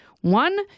One